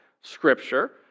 Scripture